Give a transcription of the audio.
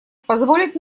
позволит